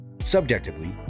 subjectively